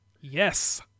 Yes